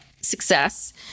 success